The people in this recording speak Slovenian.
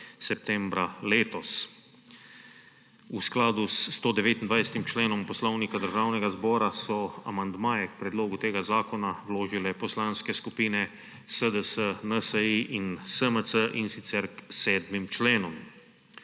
septembra letos. V skladu s 129. členom Poslovnika Državnega zbora so amandmaje k predlogu tega zakona vložile poslanske skupine SDS, NSi in SMC, in sicer k sedmim členom.